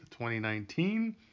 2019